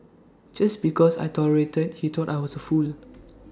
just because I tolerated he thought I was A fool